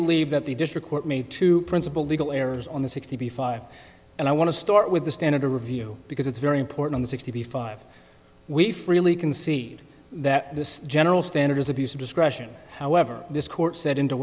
believe that the district court made two principal legal errors on the sixty five and i want to start with the standard to review because it's very important sixty five we freely concede that the general standard is abuse of discretion however this court said into